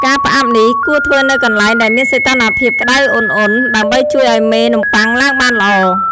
ការផ្អាប់នេះគួរធ្វើនៅកន្លែងដែលមានសីតុណ្ហភាពក្ដៅឧណ្ហៗ ដើម្បីជួយឱ្យមេនំប៉័ងឡើងបានល្អ។